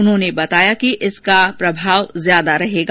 उन्होंने बताया कि इसका प्रभाव ज्यादा रहेगा